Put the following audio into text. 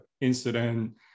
incident